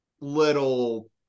little